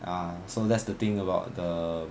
ya so that's the thing about the